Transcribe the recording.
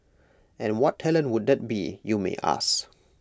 and what talent would that be you may ask